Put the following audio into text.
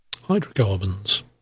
hydrocarbons